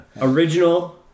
Original